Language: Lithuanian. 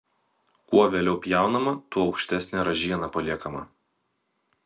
kuo vėliau pjaunama tuo aukštesnė ražiena paliekama